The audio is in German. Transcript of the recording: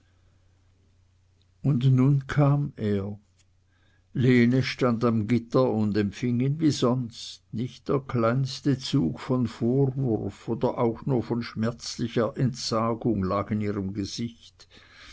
und nun kam er lene stand am gitter und empfing ihn wie sonst nicht der kleinste zug von vorwurf oder auch nur von schmerzlicher entsagung lag in ihrem gesicht